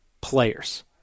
players